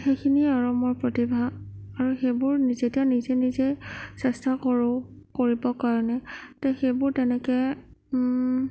সেইখিনিয়ে আৰু মোৰ প্ৰতিভা আৰু সেইবোৰ যেতিয়া নিজে নিজে চেষ্টা কৰোঁ কৰিবৰ কাৰণে ত' সেইবোৰ তেনেকৈ